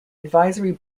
advisory